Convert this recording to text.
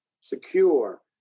secure